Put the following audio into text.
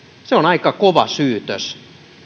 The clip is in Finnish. se on aika kova syytös